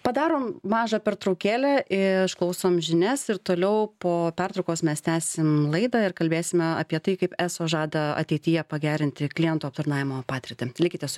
padarom mažą pertraukėlę išklausom žinias ir toliau po pertraukos mes tęsim laidą ir kalbėsime apie tai kaip eso žada ateityje pagerinti klientų aptarnavimo patirtį likite su